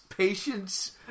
Patience